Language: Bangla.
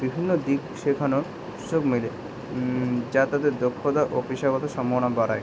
বিভিন্ন দিক শেখানোর উৎসব মেলে যা তাদের দক্ষতা ও পেশাগত সম্ভাবনা বাড়ায়